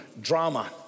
drama